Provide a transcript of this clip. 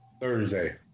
Thursday